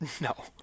No